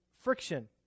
friction